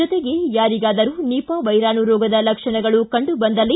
ಜೊತೆಗೆ ಯಾರಿಗಾದರೂ ನಿಪಾ ವೈರಾಣು ರೋಗದ ಲಕ್ಷಣಗಳು ಕಂಡು ಬಂದಲ್ಲಿ